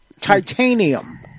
Titanium